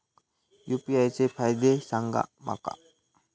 UPI चे फायदे सांगा माका?